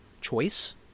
choice